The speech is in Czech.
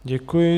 Děkuji.